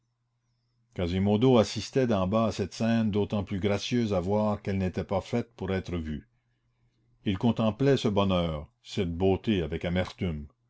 quasimodo assistait d'en bas à cette scène d'autant plus gracieuse à voir qu'elle n'était pas faite pour être vue il contemplait ce bonheur cette beauté avec amertume